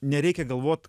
nereikia galvot